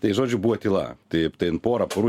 tai žodžiu buvo tyla taip ten porą parų